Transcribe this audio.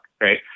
right